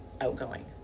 outgoing